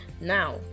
Now